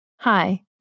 Hi